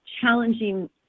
challenging